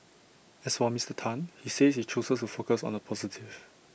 as for Mister Tan he says he chooses to focus on the positive